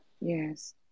Yes